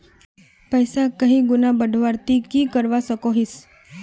पैसा कहीं गुणा बढ़वार ती की करवा सकोहिस?